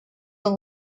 and